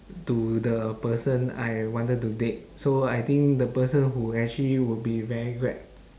to the person I wanted to date so I think the person who actually would be very glad